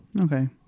Okay